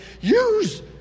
use